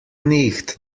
nicht